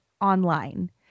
online